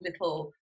little